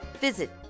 visit